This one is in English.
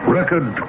Record